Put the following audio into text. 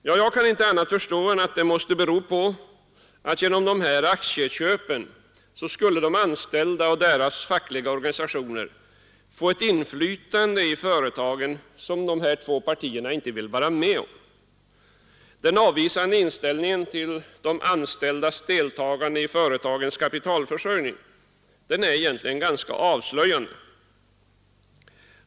Jag kan inte förstå annat än att det måste bero på att de anställda och deras fackliga organisationer genom dessa aktieköp skulle få ett inflytande i företagen som dessa partier inte vill vara med om. Denna avvisande inställning till de anställdas deltagande i företagens kapitalförsörjning är egentligen ganska avslöjande.